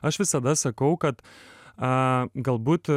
aš visada sakau kad a galbūt